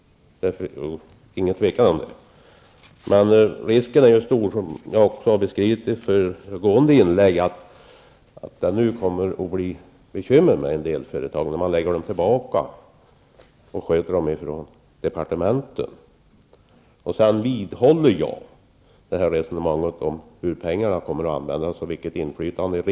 Det är inget tvivel om det. Risken är dock stor, som jag nämnde tidigare, att det kommer att bli bekymmer med en del företag om man börjar sköta dem från departementen. Jag vidhåller mitt resonemang om användningen av pengarna och riksdagens inflytande där.